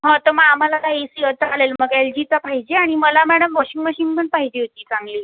हं तर मग आम्हाला ना ए सी चालेल मग एल जीचा पाहिजे आणि मला मॅडम वॉशिंग मशीन पण पाहिजे होती चांगली